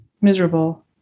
miserable